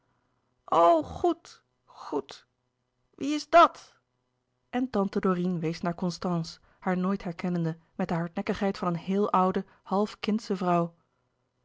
goed goed wie is dàt en tante dorine wees naar constance haar nooit herkennende met de hardnekkigheid van een heel oude half kindsche vrouw